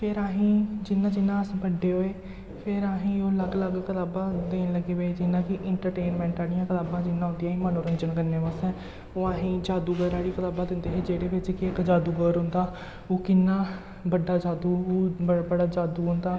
फिर असें गी जि'यां जि'यां अस बड्डे होऐ फिर असें गी ओह् अलग अलग कताबां देन लगी पे जि'यां कि इंटरटेनमैंट आह्लियां कताबां जियां होंदियां हियां मनोरंजन करने आस्तै ओह् असें गी जादूगर आह्ली किताबां दिंदे हे जेह्दे बिच्च के इक जादूगर होंदा ओह् कि'यां बड्डा जादू ओह् बड़ा बड़ा जादू होंदा